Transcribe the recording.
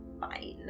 Fine